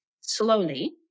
slowly